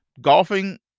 golfing